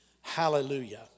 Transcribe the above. Hallelujah